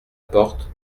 porte